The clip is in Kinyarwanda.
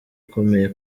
akomeye